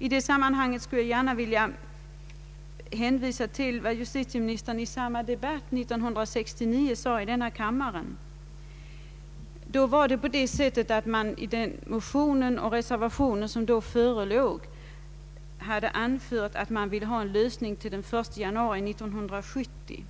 I detta sammanhang skulle jag gärna vilja hänvisa till vad justitieministern sade 1969 i denna kammare i en debatt om detta ärende. I den motion och i den reservation som då förelåg hade anförts att man ville ha en lösning till den 1 januari 1970.